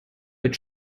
mit